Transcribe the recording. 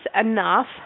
enough